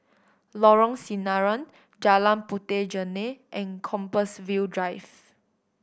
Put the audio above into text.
Lorong Sinaran Jalan Puteh Jerneh and Compassvale Drive